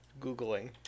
googling